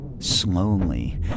Slowly